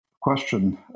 question